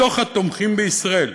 מתוך התומכים בישראל,